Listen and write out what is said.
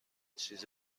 چیز